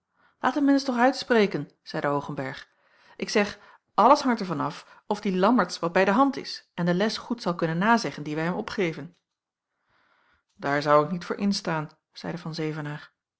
laat een mensch toch uitspreken zeide hoogenberg ik zeg alles hangt er van af of die lammertsz wat bij de hand is en de les goed zal kunnen nazeggen die wij hem opgeven daar zou ik niet voor instaan zeide van